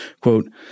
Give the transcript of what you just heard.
quote